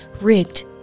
rigged